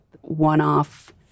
one-off